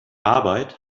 arbeit